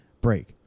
break